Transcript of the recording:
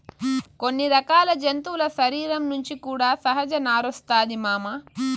కొన్ని రకాల జంతువుల శరీరం నుంచి కూడా సహజ నారొస్తాది మామ